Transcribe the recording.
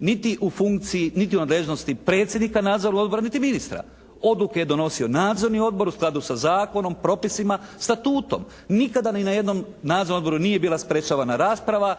niti u funkciji niti u nadležnosti predsjednika nadzornog odbora niti ministra. Odluke je donosio nadzorni odbor u skladu sa zakonom, propisima, statutom. Nikada ni na jednom nadzornom odboru nije bila sprječavana rasprava.